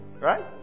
Right